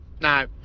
no